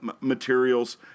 materials